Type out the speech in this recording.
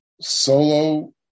Solo